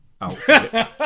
outfit